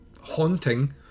haunting